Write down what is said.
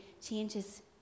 changes